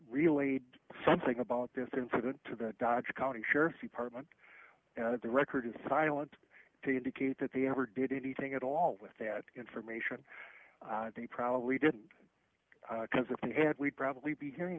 relayed something about this incident to the dodge county sheriff's department and the record is silent to indicate that they ever did anything at all with that information i think probably didn't cause if they had we'd probably be hearing